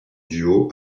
duo